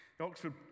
Oxford